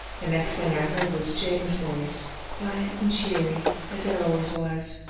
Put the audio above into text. the next thing i heard was james' voice, quiet and cheery, as it always was.